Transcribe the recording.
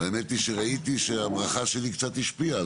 והאמת היא שראיתי שהברכה שלי קצת השפיעה,